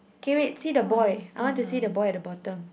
K wait see the boy I want to see the boy at the bottom